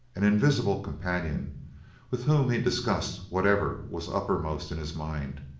an invisible companion with whom he discussed whatever was uppermost in his mind.